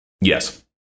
Yes